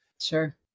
Sure